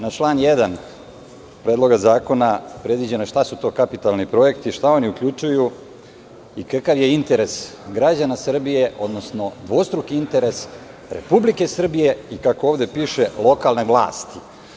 Na član 1. Predloga zakona predviđeno je šta su to kapitalni projekti, šta oni uključuju i kakav je interes građana Srbije, odnosno dvostruki interes Republike Srbije i kako ovde piše lokalne vlasti.